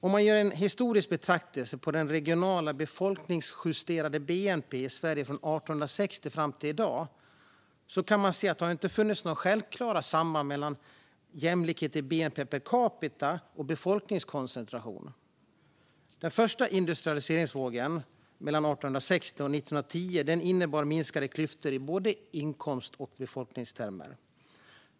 Om man gör en historisk betraktelse på den regionala befolkningsjusterade bnp:n i Sverige från 1860 och fram till i dag kan man se att det inte har funnits några självklara samband mellan jämlikhet i bnp per capita och befolkningskoncentration. Den första industrialiseringsvågen mellan 1860 och 1910 innebar minskade klyftor i både inkomst och befolkningstermer.